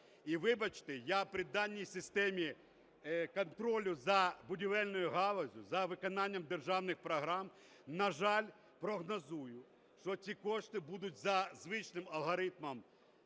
І вибачте, я при даній системі контролю за будівельною галуззю, за виконанням державних програм, на жаль, прогнозую, що ці кошти будуть за звичним алгоритмом